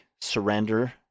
surrender